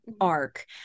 arc